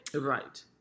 right